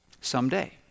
someday